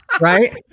Right